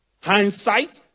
hindsight